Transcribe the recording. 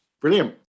brilliant